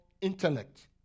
intellect